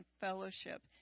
fellowship